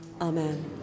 Amen